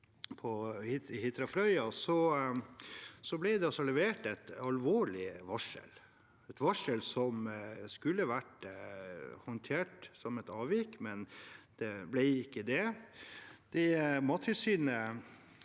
på Hitra og Frøya, ble det levert et alvorlig varsel – et varsel som skulle vært håndtert som et avvik, men ikke ble det.